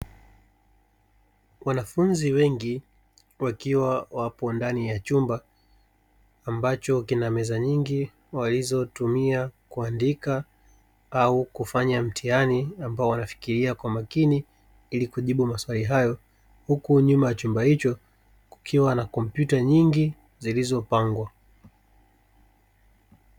Wanafunzi wengi wakiwa wapo ndani ya chumba ambacho kina meza nyingi walizotumia kuandika au kufanya mtihani, ambao wanafikiria kwa makini, ili kujibu maswali hayo huku nyuma ya chumba hicho kukiwa na kompyuta nyingi zilizopangwa.